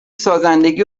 سازندگی